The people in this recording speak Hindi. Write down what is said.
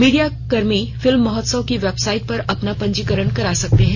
मीडियाकर्मी फिल्म महोत्सव की वेबसाइट पर अपना पंजीकरण करा सकते हैं